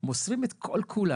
מוסרים את כל-כולם.